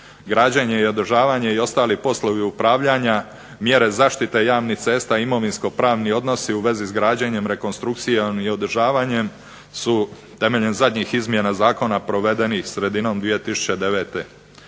Građenje i održavanje i ostali poslovi upravljanja, mjere zaštite javnih cesta, imovinsko pravni odnosi u vezi s građenjem, rekonstrukcijom i održavanjem su temeljem zadnjih izmjena zakona provedeni sredinom 2009.